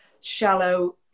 shallow